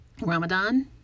Ramadan